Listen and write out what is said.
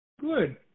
Good